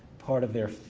part of their,